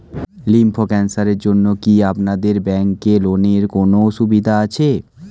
Lymph ক্যানসারের জন্য কি আপনাদের ব্যঙ্কে লোনের কোনও সুবিধা আছে?